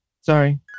sorry